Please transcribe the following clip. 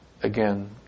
again